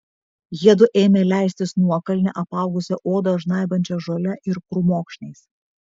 jiedu ėmė leistis nuokalne apaugusia odą žnaibančia žole ir krūmokšniais